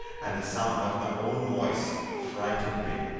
and the sound of my own voice frightened me.